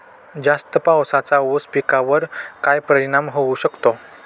जास्त पावसाचा ऊस पिकावर काय परिणाम होऊ शकतो?